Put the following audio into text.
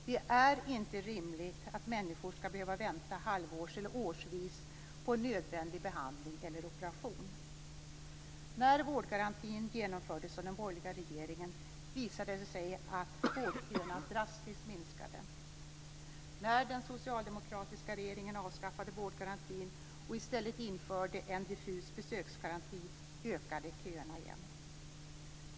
Det är inte rimligt att människor skall behöva vänta halvårs eller årsvis på en nödvändig behandling eller operation. När vårdgarantin genomfördes av den borgerliga regeringen visade det sig att vårdköerna drastiskt minskade. När den socialdemokratiska regeringen avskaffade vårdgarantin och i stället införde en diffus besöksgaranti ökade köerna igen.